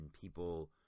people